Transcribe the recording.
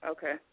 Okay